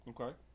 Okay